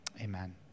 Amen